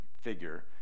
figure